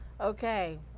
Okay